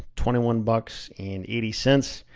twenty one bucks and eighty cents,